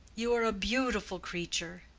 you are a beautiful creature!